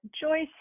Joyce